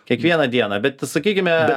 kiekvieną dieną bet sakykime